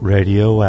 Radio